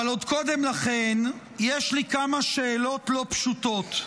אבל עוד קודם לכן יש לי כמה שאלות לא פשוטות.